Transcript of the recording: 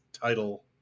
title